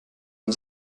man